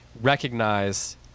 recognize